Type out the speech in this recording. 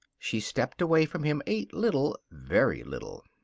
she stepped away from him a little very little.